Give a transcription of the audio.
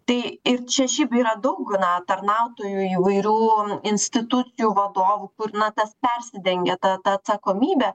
tai ir čia šiaip yra daug na tarnautojų įvairių institucijų vadovų kur na tas persidengia ta atsakomybė